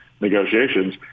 negotiations